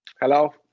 Hello